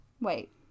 wait